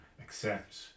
accept